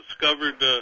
Discovered